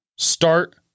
Start